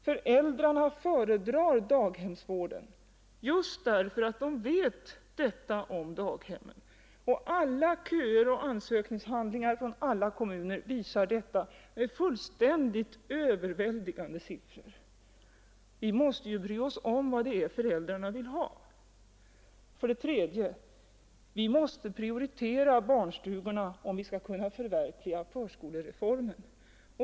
Föräldrarna föredrar daghemsvården just därför att de vet detta om daghemmen. Köerna och ansökningshandlingarna i alla kommuner visar det med fullständigt överväldigande siffror. Och vi måste ju bry oss om vad det är som föräldrarna vill ha. 3. Vi måste prioritera barnstugorna om vi skall kunna förverkliga förskolereformen.